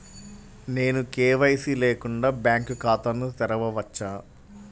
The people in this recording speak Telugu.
నేను కే.వై.సి లేకుండా బ్యాంక్ ఖాతాను తెరవవచ్చా?